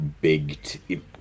big